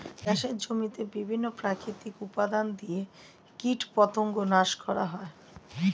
চাষের জমিতে বিভিন্ন প্রাকৃতিক উপাদান দিয়ে কীটপতঙ্গ নাশ করা হয়